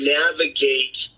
navigate